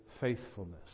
faithfulness